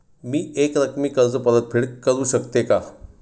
मी एकरकमी कर्ज परतफेड करू शकते का?